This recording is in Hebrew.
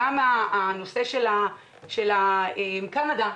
גם לגבי קנדה,